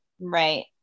Right